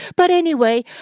but anyway,